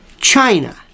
China